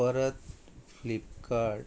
परत फ्लिपकार्ट